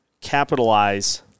capitalize